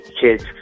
kids